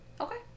Okay